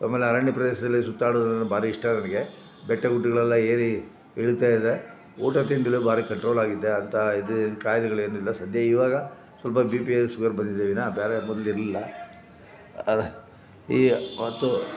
ಆಮೇಲೆ ಅರಣ್ಯ ಪ್ರದೇಶದಲ್ಲಿ ಸುತ್ತಾಡೋದಂದರೆ ಭಾರಿ ಇಷ್ಟ ನನಗೆ ಬೆಟ್ಟ ಗುಡ್ಡಗಳೆಲ್ಲ ಏರಿ ಇಳಿತಾ ಇದ್ದೆ ಊಟ ತಿಂಡಿಯಲ್ಲಿ ಭಾರಿ ಕಂಟ್ರೋಲಾಗಿದ್ದೆ ಅಂತಹ ಇದು ಕಾಯಿಲೆಗಳೇನಿಲ್ಲ ಸಧ್ಯ ಇವಾಗ ಸ್ವಲ್ಪ ಬಿ ಪಿ ಶುಗರ್ ಬಂದಿದೆ ವಿನಹ ಬೇರೆ ಯಾವ್ದು ಮೊದಲಿರ್ಲಿಲ್ಲ ಅದು ಈಗ ಮತ್ತು